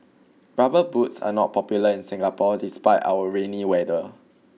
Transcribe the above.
rubber boots are not popular in Singapore despite our rainy weather